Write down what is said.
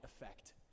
effect